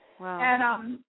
Wow